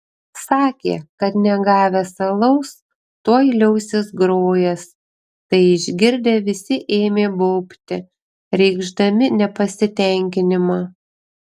sakė kad negavęs alaus tuoj liausis grojęs tai išgirdę visi ėmė baubti reikšdami nepasitenkinimą